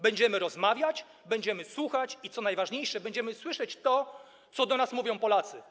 Będziemy rozmawiać, będziemy słuchać i co najważniejsze, będziemy słyszeć to, co do nas mówią Polacy.